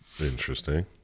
Interesting